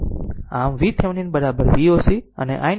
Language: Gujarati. આમ VThevenin Voc અને iNorton i s c